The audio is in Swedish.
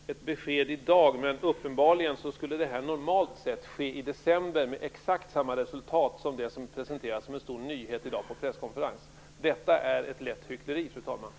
Fru talman! Ett besked i dag, säger statsrådet, men uppenbarligen skulle det här normalt sett ske i december, med exakt samma resultat som det som presenteras som en stor nyhet i dag på presskonferens. Detta är ett lätt hyckleri, fru talman.